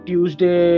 Tuesday